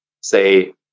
say